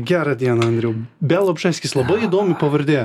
gerą dieną andriau bialobžeskis labai įdomi pavardė